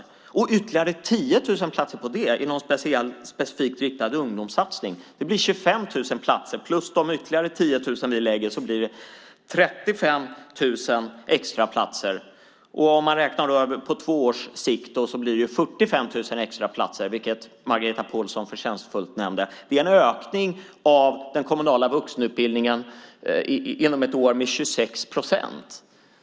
Sedan tillkommer ytterligare 10 000 platser på det i någon specifikt riktad ungdomssatsning. Plus de ytterligare 10 000 vi föreslår blir det 35 000 extra platser. Om man räknar på två års sikt blir det 45 000 extra platser, vilket Margareta Pålsson förtjänstfullt nämnde. Det är en ökning av den kommunala vuxenutbildningen inom ett år med 26 procent.